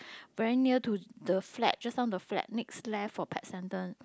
very near to the flag just now the flag next left for pet centre